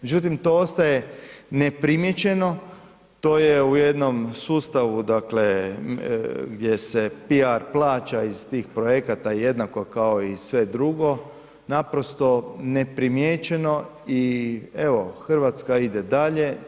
Međutim to ostaje neprimijećeno, to je u jednom sustavu gdje se PR plaća iz tih projekata jednako kao i sve drugo, naprosto neprimijećeno i evo Hrvatska ide dalje.